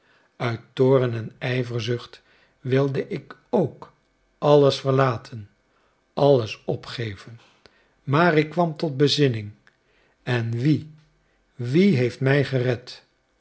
toorn en ijverzucht wilde ik ook alles verlaten alles opgeven maar ik kwam tot bezinning en wie wie heeft mij gered